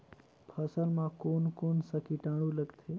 फसल मा कोन कोन सा कीटाणु लगथे?